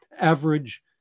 average